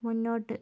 മുന്നോട്ട്